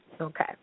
Okay